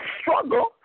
struggle